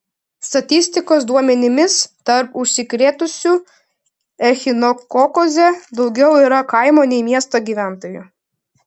statistikos duomenimis tarp užsikrėtusių echinokokoze daugiau yra kaimo nei miesto gyventojų